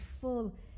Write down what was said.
full